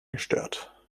gestört